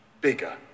bigger